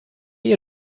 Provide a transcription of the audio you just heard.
you